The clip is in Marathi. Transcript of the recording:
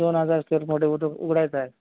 दोन हजार स्क्वेअर फूटे फुट उघडायचा आहे